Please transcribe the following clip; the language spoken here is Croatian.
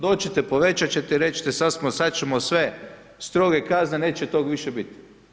Doći ćete, povećati ćete i reći ćete sada ćemo sve stroge kazne, neće toga više biti.